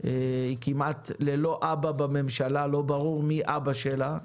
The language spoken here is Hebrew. היא כמעט ללא אבא בממשלה, לא ברור מי אבא שלה.